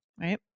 Right